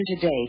today